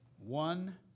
One